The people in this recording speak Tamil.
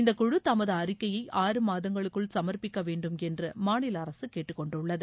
இந்தக் குழு தமது அறிக்கையை ஆறு மாதங்களுக்குள் சமா்பிக்க வேண்டுமென்ற மாநில அரசு கேட்டுக்கொண்டுள்ளது